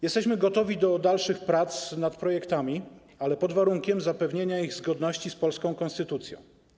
Jesteśmy gotowi do dalszych prac nad projektami pod warunkiem zapewnienia ich zgodności z polską konstytucją.